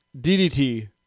DDT